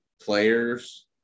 players